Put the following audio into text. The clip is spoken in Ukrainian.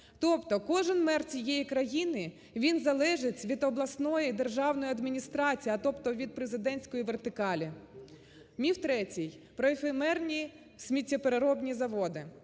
Тобто кожен мер цієї країни, він залежить від обласної державної адміністрації, а тобто від президентської вертикалі. Міф третій, про ефемерні сміттєпереробні заводи.